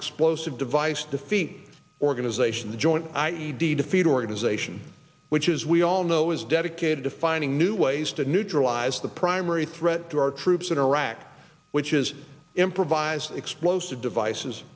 explosive device defeat organization the joint i e d defeat organization which as we all know is dedicated to finding new ways to neutralize the primary threat to our troops in iraq which is improvised explosive devices